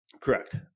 Correct